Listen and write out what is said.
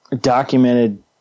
Documented